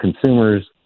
consumers